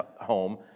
home